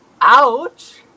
Ouch